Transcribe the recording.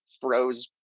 throws